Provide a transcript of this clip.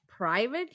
private